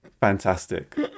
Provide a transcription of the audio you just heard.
fantastic